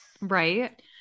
right